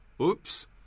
Oops